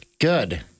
Good